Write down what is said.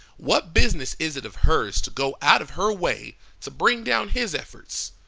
what business is it of hers to go out of her way to bring down his efforts?